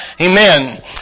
amen